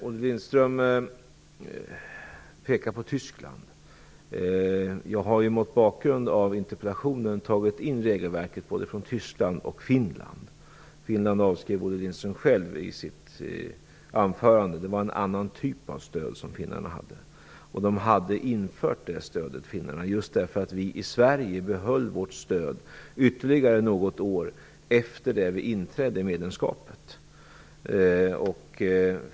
Olle Lindström pekar på Tyskland. Jag har mot bakgrund av interpellationen tagit del av regelverket i både Tyskland och Finland. Olle Lindström konstaterade själv i sitt anförande att man i Finland har en annan typ av stöd och att det stödet infördes just därför att vi i Sverige behöll vårt stöd ytterligare något år efter det att vi inträdde i EU.